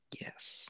Yes